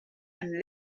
and